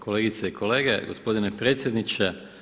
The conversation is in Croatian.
Kolegice i kolege, gospodine predsjedniče.